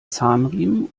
zahnriemen